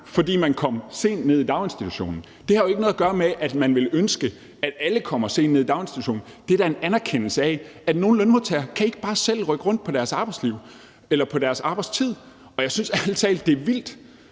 fordi man kommer sent ned i daginstitutionen. Det har jo ikke noget at gøre med, at man ville ønske, at alle kommer sent ned i daginstitutionen. Det er da en anerkendelse af, at nogle lønmodtagere ikke bare selv kan rykke rundt på deres arbejdstid. Og jeg synes ærlig talt, at det er vildt,